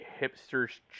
hipsters